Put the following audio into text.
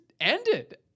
ended